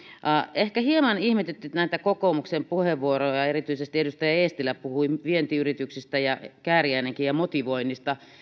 ehkä hieman ihmetyttivät nämä kokoomuksen puheenvuorot erityisesti edustaja eestilä puhui vientiyrityksistä ja kääriäinenkin ja motivoinnista